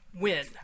win